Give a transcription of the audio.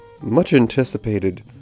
much-anticipated